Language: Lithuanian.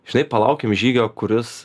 žinai palaukim žygio kuris